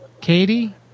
Katie